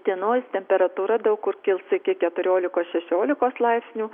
dienos temperatūra daug kur kils iki keturiolikos šešiolikos laipsnių